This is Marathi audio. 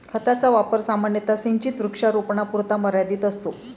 खताचा वापर सामान्यतः सिंचित वृक्षारोपणापुरता मर्यादित असतो